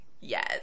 Yes